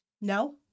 No